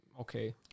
okay